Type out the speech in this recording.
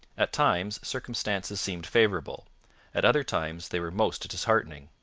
at times circumstances seemed favourable at other times they were most disheartening.